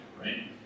right